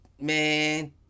man